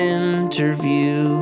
interview